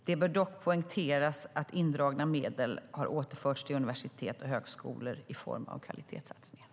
Det bör dock poängteras att indragna medel har återförts till universitet och högskolor i form av kvalitetssatsningar.